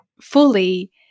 fully